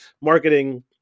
marketing